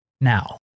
Now